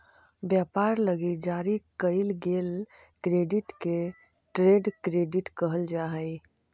व्यापार लगी जारी कईल गेल क्रेडिट के ट्रेड क्रेडिट कहल जा हई